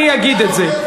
אני אגיד את זה,